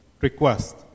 request